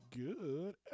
Good